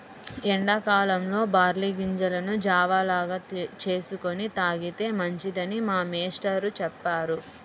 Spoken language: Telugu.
ఎండా కాలంలో బార్లీ గింజలను జావ లాగా చేసుకొని తాగితే మంచిదని మా మేష్టారు చెప్పారు